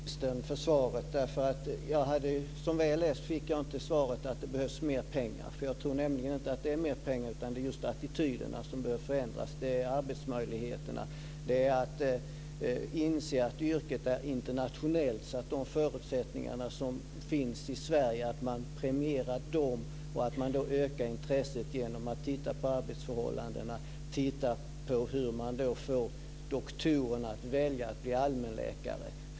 Fru talman! Jag tackar socialministern för svaret. Som väl är fick jag inte svaret att det behövs mer pengar. Jag tror nämligen inte att det är mer pengar som behövs. Det är attityderna och arbetsmöjligheterna som behöver förändras. Man måste inse att yrket är internationellt. De förutsättningar som finns i Sverige måste premieras. Man kan öka intresset genom att titta på arbetsförhållandena. Det gäller att få doktorerna att välja att bli allmänläkare.